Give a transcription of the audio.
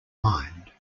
mind